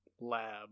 lab